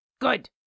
Good